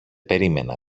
περίμενα